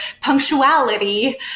punctuality